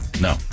no